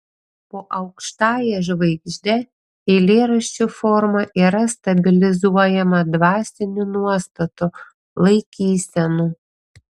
po aukštąja žvaigžde eilėraščių forma yra stabilizuojama dvasinių nuostatų laikysenų